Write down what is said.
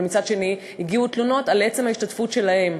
אבל מצד שני, הגיעו תלונות על עצם ההשתתפות שלהם.